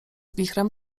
wichrem